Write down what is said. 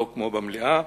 לא כמו במליאה,